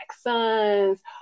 sons